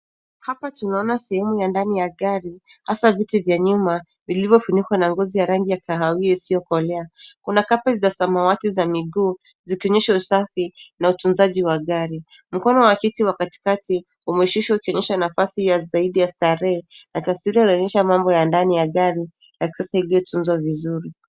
Hapa tunaona sehemu ya ndani ya gari, hasa viti vya nyuma, vilovyofunikwa na ngozi ya rangi ya kahawia isiyokolea. Kuna carpet za samawati za miguu zikionyesha usafi na utunzaji wa gari. Mkono wa kiti wa katikati umeshushwa ukionyesha nafasi ya zaidi ya starehe na taswira inaonyesha mambo ya ndani ya gari ya kisasa iliyotunzwa vizuri.